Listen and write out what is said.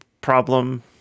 problem